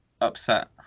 upset